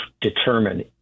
determine